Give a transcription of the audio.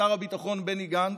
שר הביטחון בני גנץ,